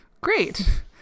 Great